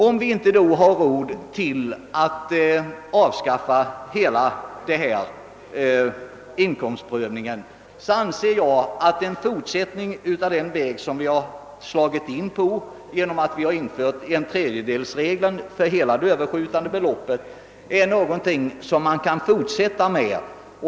Om vi då inte har råd att avskaffa hela denna inkomstprövning anser jag att en fortsättning på den väg som vi slagit in på genom att vi infört tredjedelsregeln för hela det överskjutande beloppet är något som man kan fortsätta med.